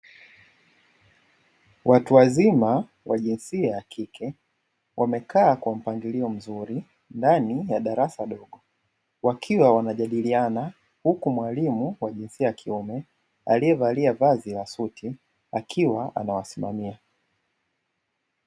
Watu wazima wa jinsia ya kike wamekaa kwa mpangilio mzuri ndani ya darasa dogo wakiwa wanajadiliana, huku mwalimu wa jinsia ya kiume aliyevalia vazi la suti akiwa anawasimamia.